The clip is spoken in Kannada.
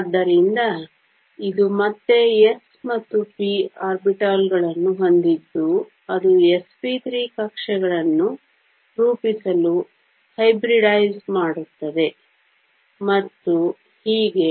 ಆದ್ದರಿಂದ ಇದು ಮತ್ತೆ s ಮತ್ತು p ಆರ್ಬಿಟಾಲ್ಗಳನ್ನು ಹೊಂದಿದ್ದು ಅದು sp3 ಕಕ್ಷೆಗಳನ್ನು ರೂಪಿಸಲು ಹೈಬ್ರಿಡೈಸ್ ಮಾಡುತ್ತದೆ ಮತ್ತು ಹೀಗೆ